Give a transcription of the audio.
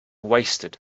wasted